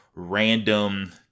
random